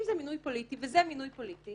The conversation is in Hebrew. אם זה מינוי פוליטי וזה מינוי פוליטי